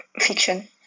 Fiction